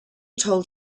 told